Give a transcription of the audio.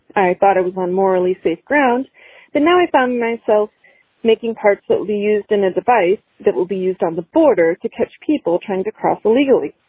i thought it was morally safe ground but now i found myself making parts that we used in a device that will be used on the border to catch people trying to cross illegally.